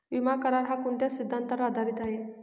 विमा करार, हा कोणत्या सिद्धांतावर आधारीत आहे?